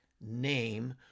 name